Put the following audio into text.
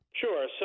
Sure